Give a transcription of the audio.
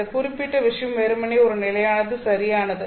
இந்த குறிப்பிட்ட விஷயம் வெறுமனே ஒரு நிலையானது சரியானது